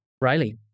Riley